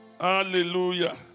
Hallelujah